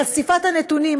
חשיפת הנתונים,